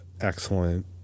excellent